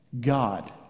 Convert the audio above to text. God